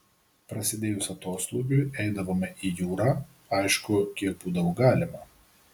prasidėjus atoslūgiui eidavome į jūrą aišku kiek būdavo galima